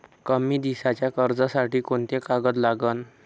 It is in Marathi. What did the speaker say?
कमी दिसाच्या कर्जासाठी कोंते कागद लागन?